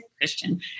Christian